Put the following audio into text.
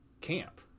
camp